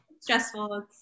Stressful